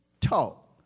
talk